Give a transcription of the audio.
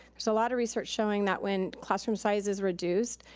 so lotta research showing that when classroom size is reduced,